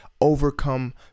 overcome